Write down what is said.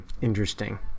interesting